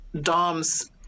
doms